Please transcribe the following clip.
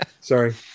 Sorry